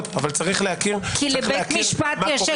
אבל צריך להכיר מה קורה במדינת ישראל.